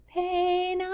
pain